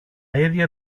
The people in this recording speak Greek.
ίδια